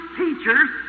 teachers